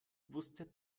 wusstet